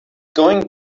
going